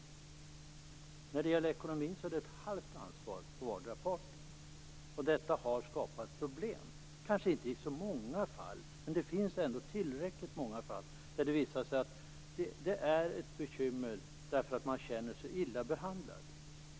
När det gäller ekonomin är det ett halvt ansvar på vardera parten. Detta har skapat problem, kanske inte i så många fall men ändå i tillräckligt många fall, där det visar sig att det är ett bekymmer därför att någon känner sig illa behandlad.